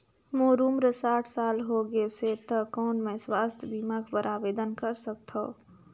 मोर उम्र साठ साल हो गे से त कौन मैं स्वास्थ बीमा बर आवेदन कर सकथव?